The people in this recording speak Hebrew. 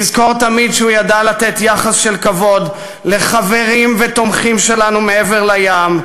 ונזכור תמיד שהוא ידע לתת יחס של כבוד לחברים ולתומכים שלנו מעבר לים,